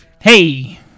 Hey